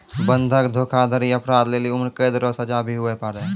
बंधक धोखाधड़ी अपराध लेली उम्रकैद रो सजा भी हुवै पारै